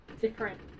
different